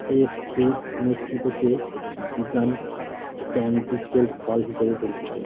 egg fruit মেক্সিকোতে যুগান canistel ফল হিসাবে পরিচিত